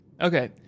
Okay